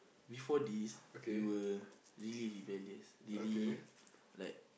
before this you were really rebellious really like